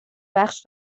بخش